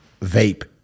vape